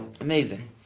Amazing